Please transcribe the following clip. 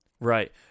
Right